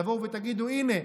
תבואו ותגידו: הינה,